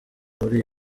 muri